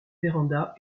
véranda